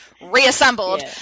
reassembled